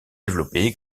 développé